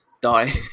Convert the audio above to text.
die